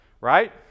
Right